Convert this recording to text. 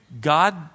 God